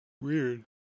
Weird